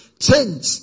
Change